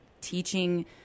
teaching